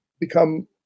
become